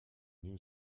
new